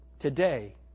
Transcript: Today